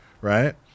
right